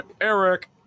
Eric